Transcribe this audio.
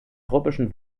tropischen